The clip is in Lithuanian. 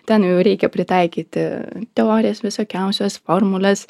ten jau reikia pritaikyti teorijas visokiausias formules